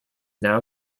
now